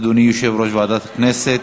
אדוני יושב-ראש ועדת הכנסת,